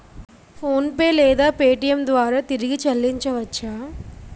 PhonePe లేదా Paytm ద్వారా తిరిగి చల్లించవచ్చ?